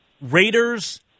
Raiders